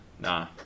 Nah